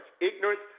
Ignorance